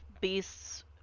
Beast's